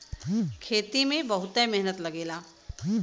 खेती में बहुते मेहनत लगेला